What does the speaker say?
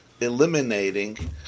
eliminating